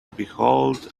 behold